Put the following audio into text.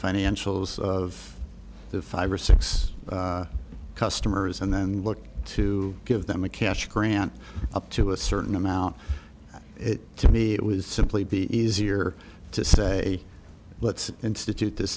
financials of the five or six customers and then look to give them a cash grant up to a certain amount it to me it was simply be easier to say let's institute this